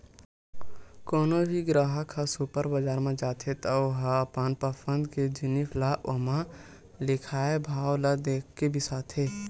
कोनो भी गराहक ह सुपर बजार म जाथे त ओ ह अपन पसंद के जिनिस ल ओमा लिखाए भाव ल देखके बिसाथे